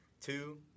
two